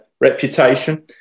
reputation